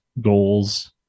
goals